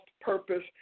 purpose